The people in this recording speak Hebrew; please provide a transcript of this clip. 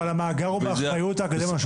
אבל המאגר הוא באחריות האקדמיה ללשון עברית.